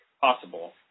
possible –